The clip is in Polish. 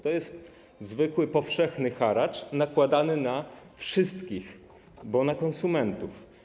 To jest zwykły, powszechny haracz nakładany na wszystkich, bo na konsumentów.